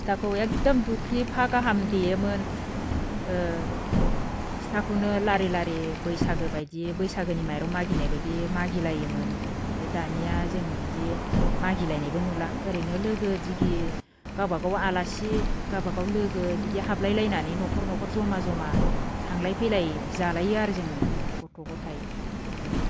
फिथाखौ एखदम दुख्लिफा गाहाम देयोमोन ओ फिथाखौनो लारि लारि बैसागो बायदि बैसागोनि माइरं मागिनाय बायदि मागि लायोमोन ओमफाय दानिया जों बिदि मागिलायनायबो नुला ओरैनो लोगो दिगि गाबागाव आलासि गाबागाव लोगो बिदि हाबलाय लायनानै न'खर न'खर जमा जमा थांलाय फैलाय जालायो आरो जोङो गथ' गथाइ बिदिहाय